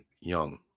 Young